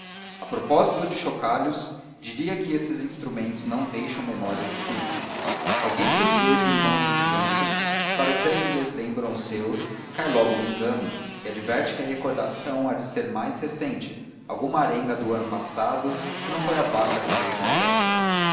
a propósito de chocalhos diria que esses instrumentos não deixam memória de si alguém que os veja em mãos de crianças se parecer que lhe lembram os seus cai logo no engano e adverte que a recordação há de ser mais recente alguma arenga do ano passado se não foi a vaca de leite da véspera